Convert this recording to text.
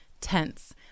tense